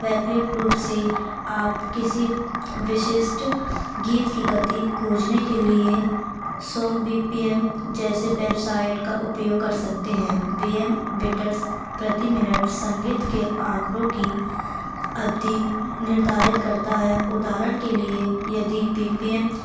वैकल्पिक रूप से किसी विशिष्ट गीत की गति खोजने के लिए सॉन्ग बी पी एम जैसे बेबसाइट का उपयोग कर सकते हैं बी एम बिटर्स प्रति मिनट संगीत के आंकड़ों की अवधि निर्धारित करता है उदहारण के लिए यदि बी पी एम